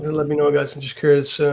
let me know guys, i'm just curious.